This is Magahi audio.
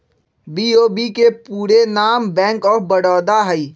बी.ओ.बी के पूरे नाम बैंक ऑफ बड़ौदा हइ